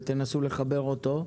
ותנסו לחבר אותו.